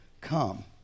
Come